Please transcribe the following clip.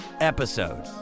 episode